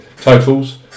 Totals